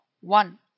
one